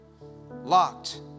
locked